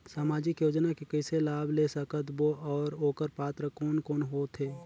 समाजिक योजना ले कइसे लाभ ले सकत बो और ओकर पात्र कोन कोन हो थे?